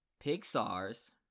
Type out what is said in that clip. Pixar's